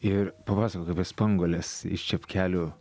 ir papasakok apie spanguoles iš čepkelių